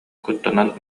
куттанан